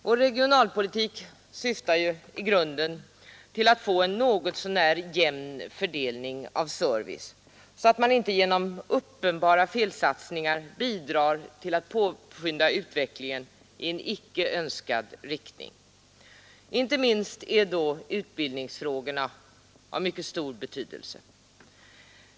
Vår regionalpolitik syftar i grunden till att få en något så när jämn fördelning av service, så att man inte genom uppenbara felsatsningar bidrar till att påskynda utvecklingen i en icke önskad riktning. Inte minst Nr 132 är utbildningsfrågorna av mycket stor betydelse.